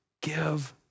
give